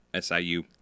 siu